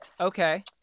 Okay